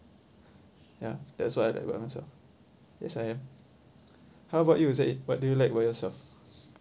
ya that's what I like about myself yes I am how about you zahid what do you like about yourself